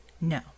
No